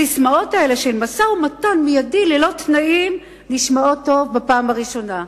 הססמאות של "משא-ומתן מיידי ללא תנאים" נשמעות טוב בפעם הראשונה.